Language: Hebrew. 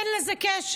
אין לזה קשר.